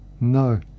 No